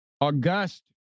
august